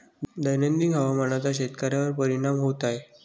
दैनंदिन हवामानाचा शेतकऱ्यांवर परिणाम होत आहे